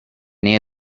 nähe